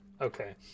Okay